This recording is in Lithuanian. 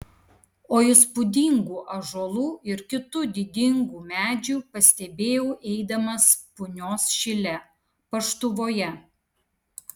o įspūdingų ąžuolų ir kitų didingų medžių pastebėjau eidamas punios šile paštuvoje